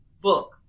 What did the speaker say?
book